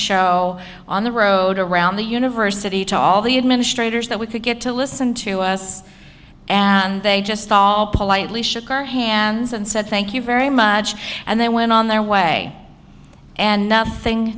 show on the road around the university to all the administrators that we could get to listen to us and they just all politely sugar hands and said thank you very much and they went on their way and nothing